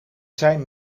zijn